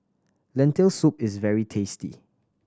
Lentil Soup is very tasty